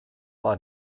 war